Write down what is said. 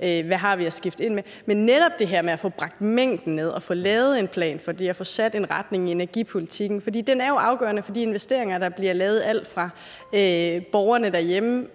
vi har at skifte ind med. Men netop det her med at få bragt mængden ned og få lavet en plan for det her og få sat en retning i energipolitikken er jo afgørende for de investeringer, der bliver lavet, og det gælder lige fra borgerne derhjemme,